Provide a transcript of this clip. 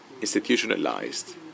institutionalized